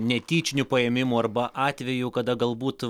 netyčinių paėmimų arba atvejų kada galbūt